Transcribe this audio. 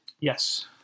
yes